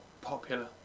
popular